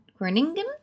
Groningen